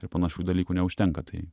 ir panašių dalykų neužtenka tai